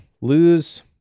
lose